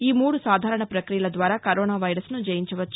ఈ మూడు సాధారణ పక్రియల ద్వారా కరోనా వైరస్ను జయించవచ్చు